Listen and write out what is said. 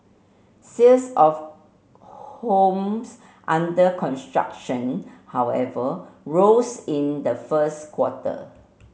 sales of homes under construction however rose in the first quarter